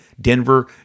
Denver